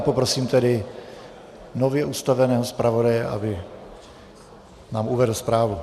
Poprosím tedy nově ustaveného zpravodaje, aby nám uvedl zprávu.